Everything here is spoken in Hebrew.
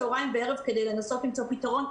צוהריים וערב כדי לנסות למצוא פתרון.